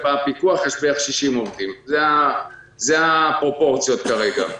ובפיקוח יש בערך 60 עובדים אלה הפרופורציות כרגע.